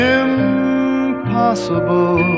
impossible